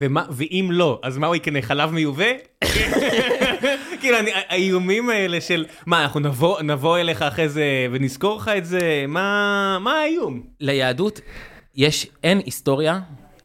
ואם לא, אז מה הוא יקנה, חלב מיובא? כאילו, האיומים האלה של... מה, אנחנו נבוא אליך אחרי זה ונזכור לך את זה? מה האיום? ליהדות אין היסטוריה.